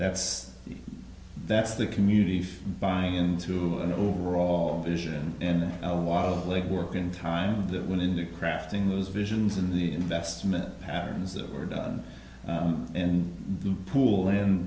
that's that's the community from buying into an overall vision and a lot of leg work in time that went into crafting those visions in the investment patterns that were done in the pool